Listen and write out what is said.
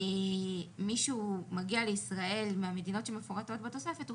מי שמגיע לישראל מהמדינות שמפורטות בתוספת,